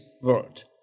world